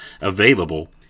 available